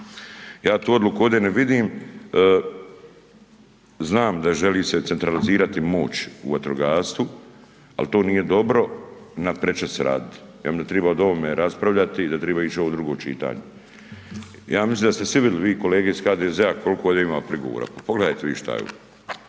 Ja tu odluku ovdje ne vidim, znam da želi se centralizirati moć u vatrogastvu, ali to nije dobro na prečac raditi. I onda triba o ovome raspravljati da triba ići ovo u drugo čitanje. Ja mislim da ste svi vidli vi kolege iz HDZ-a koliko ovdje ima prigovora, pogledajte vi šta je ovo.